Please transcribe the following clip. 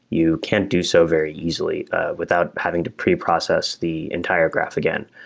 you can't do so very easily without having to pre-process the entire graph again.